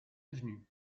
avenue